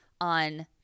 on